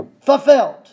fulfilled